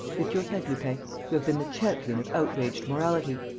lift your head, lupin. you have been the champion of outraged morality.